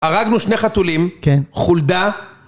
‫הרגנו שני חתולים, חולדה...